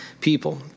people